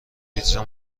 پیتزا